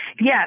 Yes